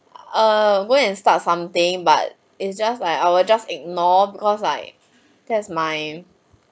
err go and start something but it's just like I'll just ignore because like that's my